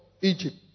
Egypt